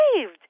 saved